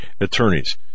attorneys